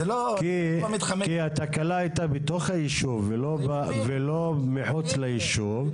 כי התקלה הייתה בתוך היישוב ולא מחוץ ליישוב.